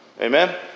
amen